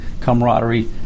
camaraderie